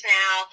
now